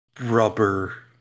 rubber